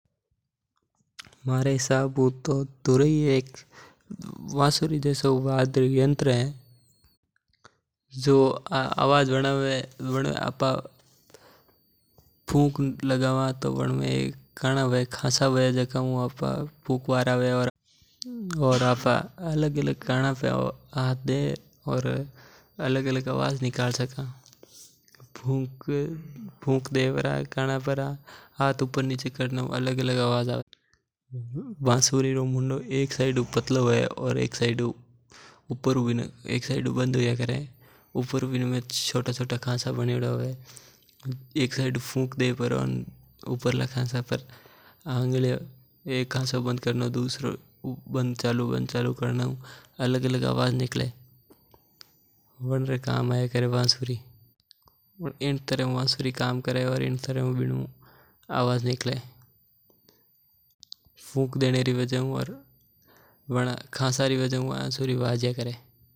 मारे हिसाब हु तो तुरही एक बांसुरी रे जेदो ही वाध्य यंत्र ह। यो एक बांसुरी जिया यंत्र हुवे जम्मे में खांचा हवें वेण में एक साइड फूंक देवा और खांचा पर आँगलिया घुमावा और ऊपर नीचे करा वणे हु आवाज आवे। अनमें आपा अलग-अलग आवाजा निकल सका ऊ वाध्य यंत्र जायादातर जिके गायक हुया करे वे उपयोग करिया करे।